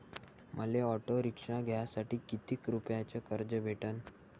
मले auto rickshaw घ्यासाठी कितीक रुपयाच कर्ज भेटनं?